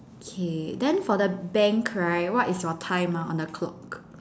K then for the bank right what is your time ah on the clock